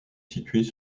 situés